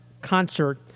concert